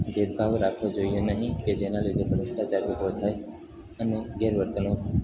ભેદભાવ રાખવો જોઈએ નહીં કે જેના લીધે ભ્રષ્ટાચાર ઊભો થાય અને ગેરવર્તણૂક